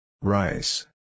Rice